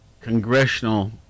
Congressional